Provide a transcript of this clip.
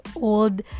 old